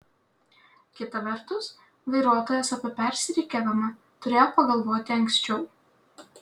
kita vertus vairuotojas apie persirikiavimą turėjo pagalvoti anksčiau